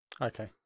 Okay